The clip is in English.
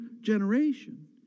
generation